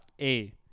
A-